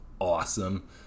awesome